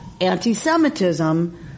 anti-Semitism